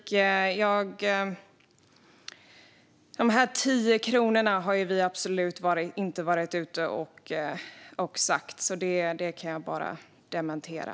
Nej, det är inte plakatpolitik. Vi har absolut inte varit ute och pratat om de här 10 kronorna. Det kan jag bara dementera.